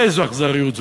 איזו אכזריות זו.